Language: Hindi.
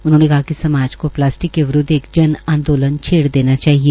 उन्होंने कहा कि समाज को प्लास्टिक के विरूदव एक जन आंदोलन छेड़ देना चाहिए